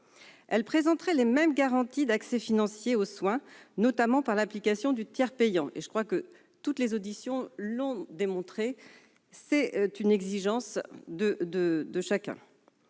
Elle présenterait les mêmes garanties d'accès financier aux soins, notamment par l'application du tiers payant. Toutes les auditions l'ont démontré, c'est là une exigence de chacun.